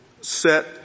set